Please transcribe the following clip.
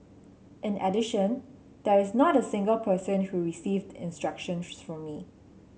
in addition there is not a single person who received instructions from me